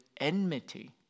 enmity